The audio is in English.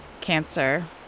cancer